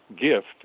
gift